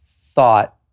thought